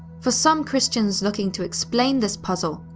for some christian's looking to explain this puzzle,